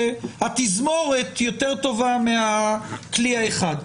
שהתזמורת יותר טובה מהכלי האחד.